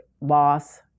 loss